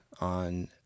on